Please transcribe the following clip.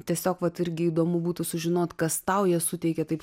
tiesiog vat irgi įdomu būtų sužinot kas tau ją suteikia taip